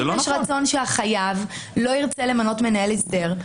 אם יש רצון שהחזק לא ירצה למנות מנהל הסדר,